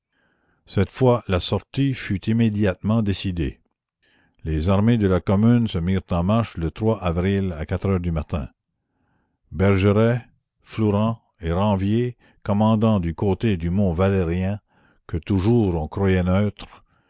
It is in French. cette fois la sortie fut immédiatement décidée les armées de la commune se mirent en marche le avril à heures du matin bergeret flourens et ranvier commandant du côté du montvalérien que toujours on croyait neutre